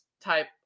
type